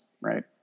right